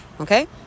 Okay